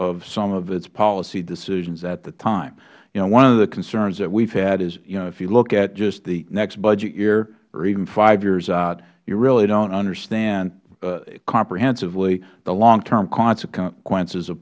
of some of its policy decisions at the time one of the concerns that we have had is if you look at just the next budget year or even five years out you really don't understand comprehensively the long term consequences of